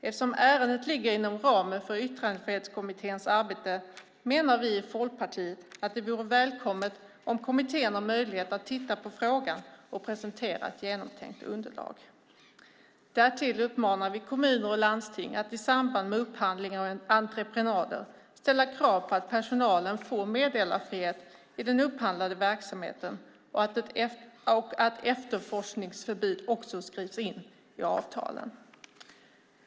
Eftersom ärendet ligger inom ramen för Yttrandefrihetskommitténs arbete menar vi i Folkpartiet att det vore välkommet om kommittén har möjlighet att titta på frågan och presentera ett genomtänkt underlag. Därtill uppmanar vi kommuner och landsting att i samband med upphandlingar och entreprenader ställa krav på att personalen får meddelarfrihet i den upphandlade verksamheten och att efterforskningsförbud skrivs in i avtalen.